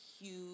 huge